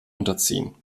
unterziehen